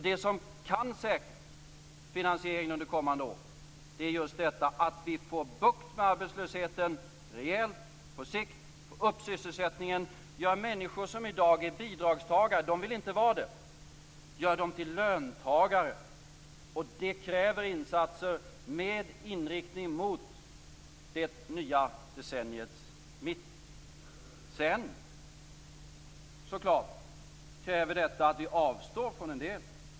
Det som kan säkra finansieringen under kommande år är just att vi får bukt med arbetslösheten, på sikt får upp sysselsättningen rejält och gör människor som i dag är bidragstagare - de vill inte vara det - till löntagare. Det kräver insatser med inriktning mot det nya decenniets mitt. Detta kräver så klart att vi avstår från en del.